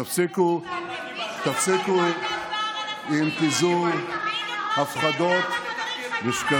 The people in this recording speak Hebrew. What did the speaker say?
כמו שאתם קיבלתם, תפסיקו עם פיזור הפחדות ושקרים.